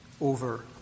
over